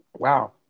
Wow